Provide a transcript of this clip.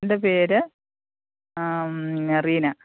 എൻ്റെ പേര് റീന